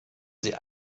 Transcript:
sie